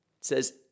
says